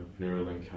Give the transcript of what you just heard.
Neuralink